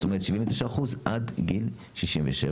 זאת אומרת 79 אחוז עד גיל 67,